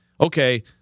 Okay